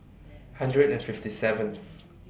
hundred and fifty seventh